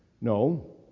No